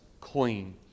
clean